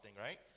right